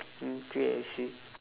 mm K I see